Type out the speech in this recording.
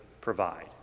provide